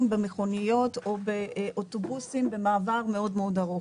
במכוניות או באוטובוסים במעבר מאוד ארוך,